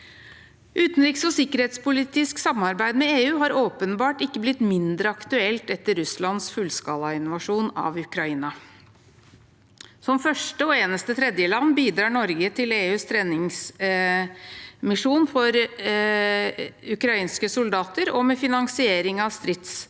Utenriks- og sikkerhetspolitisk samarbeid med EU har åpenbart ikke blitt mindre aktuelt etter Russlands fullskalainvasjon av Ukraina. Som første og eneste tredjeland bidrar Norge til EUs treningsmisjon for ukrainske soldater og med finansiering av stridsvognammunisjon